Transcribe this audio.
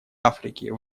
африки